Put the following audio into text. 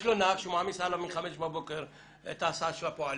יש לו נהג שהוא מעמיס עליו מחמש בבוקר את ההסעה של הפועלים,